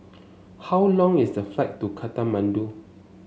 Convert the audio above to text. how long is the flight to Kathmandu